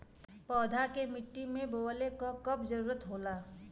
पौधा के मिट्टी में बोवले क कब जरूरत होला